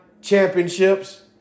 championships